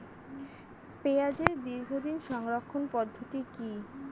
পেঁয়াজের দীর্ঘদিন সংরক্ষণ পদ্ধতি কি?